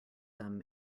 them